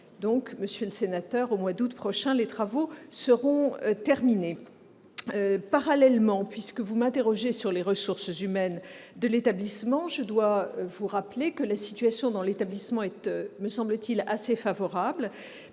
mois. Monsieur le sénateur, au mois d'août prochain, les travaux seront terminés. Parallèlement, comme vous m'avez interrogée sur les ressources humaines, je vous rappelle que la situation dans l'établissement est, me semble-t-il, assez favorable.